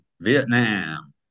Vietnam